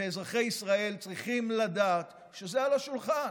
ואזרחי ישראל צריכים לדעת שזה על השולחן.